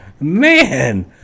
Man